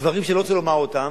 דברים שאני לא רוצה לומר אותם,